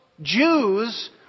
Jews